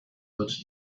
wird